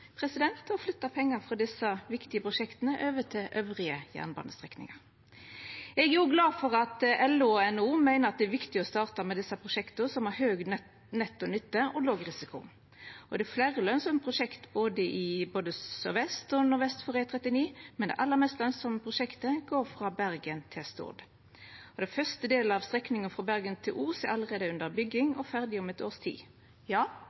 å flytta pengane frå desse viktige prosjekta over til andre jernbanestrekningar. Eg er glad for at LO og NHO meiner at det er viktig å starta med desse prosjekta, som har høg netto nytte og låg risiko. Det er fleire lønsame prosjekt både sørvest og nordvest for E39, men det aller mest lønsame prosjektet går frå Bergen til Stord. Den fyrste delen av strekninga, frå Bergen til Os, er allereie under bygging og ferdig om eit års tid. Ja,